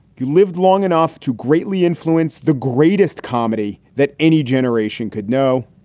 you lived long enough to greatly influence the greatest comedy that any generation could know.